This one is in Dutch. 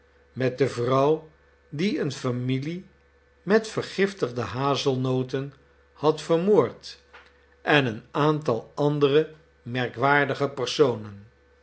met de vrouw die eene familie met vergiftigde hazelnoten had vermoord en een aantal andere merkwaardige personen